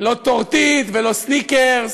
לא טורטית ולא סניקרז,